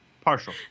Partial